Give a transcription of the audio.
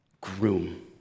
groom